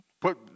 put